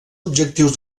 objectius